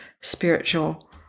spiritual